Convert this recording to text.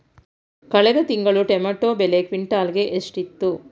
ಕಳೆದ ತಿಂಗಳು ಟೊಮ್ಯಾಟೋ ಬೆಲೆ ಕ್ವಿಂಟಾಲ್ ಗೆ ಎಷ್ಟಿತ್ತು?